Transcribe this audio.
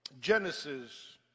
Genesis